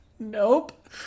Nope